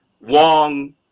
Wong